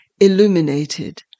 illuminated